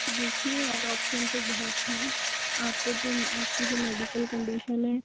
देखिये और ऑप्शन तो बहुत हैं आपको जो आपकी जो मेडिकल कंडिशन है